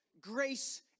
grace